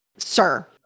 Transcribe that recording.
sir